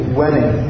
wedding